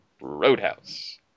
Roadhouse